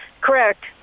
correct